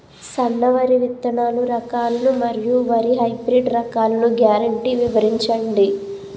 సన్న వరి విత్తనాలు రకాలను మరియు వరి హైబ్రిడ్ రకాలను గ్యారంటీ వివరించండి?